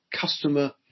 customer